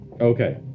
Okay